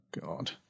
God